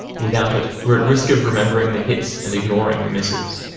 without it, we're at risk of remembering the hits and ignoring the misses.